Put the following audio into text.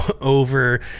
over